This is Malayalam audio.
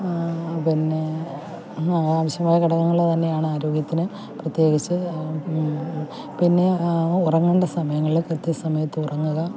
പിന്നെ ആവശ്യമായ ഘടകങ്ങൾ തന്നെയാണ് ആരോഗ്യത്തിന് പ്രത്യേകിച്ച് പിന്നെ ഉറങ്ങേണ്ട സമയങ്ങളിൽ കൃത്യസമയത്ത് ഉറങ്ങുക